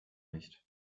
nicht